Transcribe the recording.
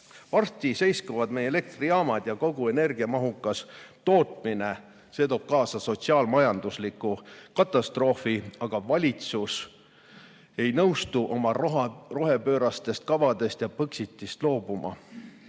Varsti seiskuvad meie elektrijaamad ja kogu energiamahukas tootmine, see toob kaasa sotsiaal-majandusliku katastroofi, aga valitsus ei nõustu oma rohepöörastest kavadest ja Põxitist loobuma.